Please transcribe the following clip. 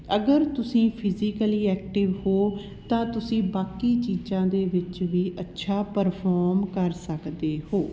ਅਗਰ ਤੁਸੀਂ physically active ਹੋ ਤਾਂ ਤੁਸੀਂ ਬਾਕੀ ਚੀਜ਼ਾਂ ਦੇ ਵਿੱਚ ਵੀ ਅੱਛਾ ਪਰਫੋਮ ਕਰ ਸਕਦੇ ਹੋ